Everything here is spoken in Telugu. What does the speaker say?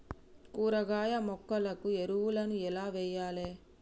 కూరగాయ మొక్కలకు ఎరువులను ఎలా వెయ్యాలే?